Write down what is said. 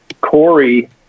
Corey